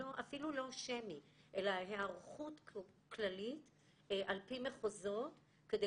אפילו לא שמי אלא היערכות כללית על פי מחוזות כדי